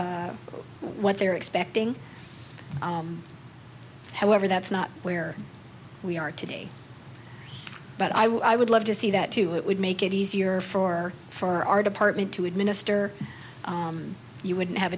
what they're expecting however that's not where we are today but i would love to see that too it would make it easier for for our department to administer you wouldn't have